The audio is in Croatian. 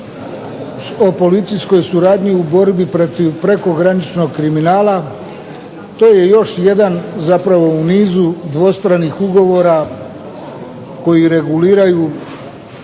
o policijskoj suradnji u borbi protiv prekograničnog kriminala. To je još jedan zapravo u nizu dvostranih ugovora koji reguliraju